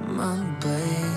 man taip